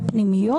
בפנימיות,